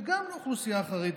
וגם לאוכלוסייה החרדית.